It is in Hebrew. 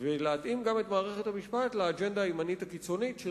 ולהתאים גם את מערכת המשפט לאג'נדה הימנית הקיצונית של